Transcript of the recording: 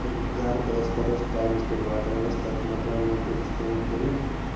تہٕ گَرٕ تہٕ ٲس پَتہٕ أسۍ ٹایِمَس پٮ۪ٹھ واتان ییٚلہِ أسۍ تَتہِ مَکلاوان ٲسۍ دۄہَس کٲم کٔرِتھ